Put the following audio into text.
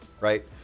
right